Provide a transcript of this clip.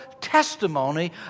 testimony